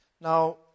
Now